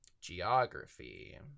Geography